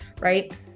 right